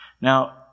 Now